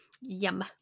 Yum